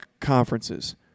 conferences